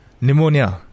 Pneumonia